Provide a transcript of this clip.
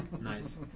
Nice